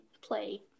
play